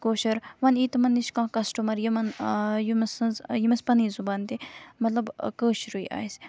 کٲشُر وۄنۍ یِیہِ تِمَن نِش کانٛہہ کَسٹَمَر یِمَن ٲں یِمہِ سٕنٛز یمِس پَنٕنۍ زبان تہِ مطلب کٲشُرٕے آسہِ